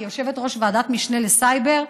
אני יושבת-ראש ועדת משנה לסייבר,